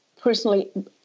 Personally